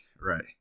right